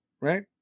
Right